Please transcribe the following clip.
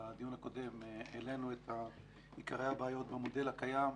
בדיון הקודם, העלינו את עיקרי הבעיות במודל הקיים,